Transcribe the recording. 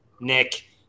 Nick